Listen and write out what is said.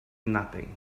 nothing